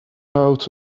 out